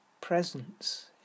presence